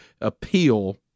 appeal